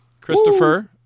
Christopher